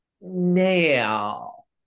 Nail